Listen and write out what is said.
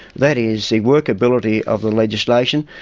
that is the workability of the legislation,